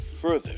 further